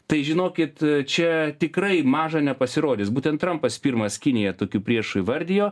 tai žinokit čia tikrai maža nepasirodys būtent trampas pirmas kiniją tokiu priešu įvardijo